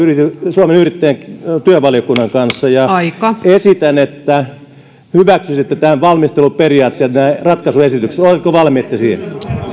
suomen yrittäjien työvaliokunnan kanssa ja esitän että hyväksyisitte nämä valmisteluperiaatteet ja ratkaisuesitykset oletteko valmiita siihen